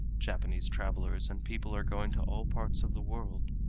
japanese travelers and people are going to all parts of the world.